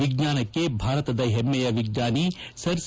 ವಿಜ್ಞಾನಕ್ಕೆ ಭಾರತದ ಹೆಮ್ಮೆಯ ವಿಜ್ಞಾನಿ ಸರ್ ಸಿ